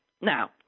Now